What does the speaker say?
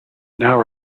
now